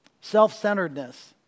self-centeredness